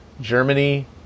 Germany